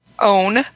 own